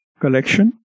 collection